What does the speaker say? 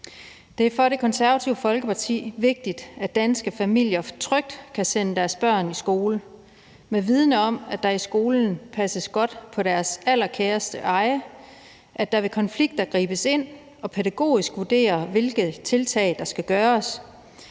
Det er for Det Konservative Folkeparti vigtigt, at danske familier trygt kan sende deres børn i skole og vide, at der i skolen passes godt på deres allerkæreste eje, at der ved konflikter gribes ind, og at der pædagogisk vurderes, hvilke tiltag der skal gøres.